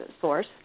source